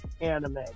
anime